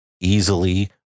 easily